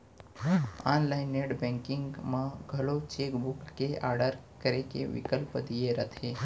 online net banking म घलौ cheque book के आडर करे के बिकल्प दिये रथे